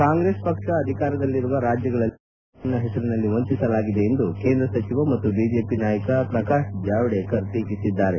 ಕಾಂಗ್ರೆಸ್ ಪಕ್ಷ ಅಧಿಕಾರದಲ್ಲಿರುವ ರಾಜ್ಯಗಳಲ್ಲಿ ಕ್ಲೆತರಿಗೆ ಸಾಲ ಮನ್ನಾ ಹೆಸರಿನಲ್ಲಿ ವಂಚಿಸಲಾಗಿದೆ ಎಂದು ಕೇಂದ್ರ ಸಚಿವ ಮತ್ತು ಬಿಜೆಪಿ ನಾಯಕ ಪ್ರಕಾಶ್ ಜಾವಡೇಕರ್ ಟೀಕಿಸಿದ್ದಾರೆ